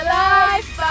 life